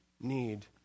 need